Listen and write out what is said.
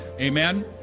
Amen